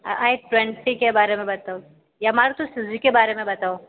आई twenty के बारे में बताओ या मारुती सुजुकी के बारे में बताओ